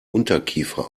unterkiefer